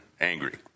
angry